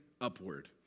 upward